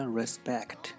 respect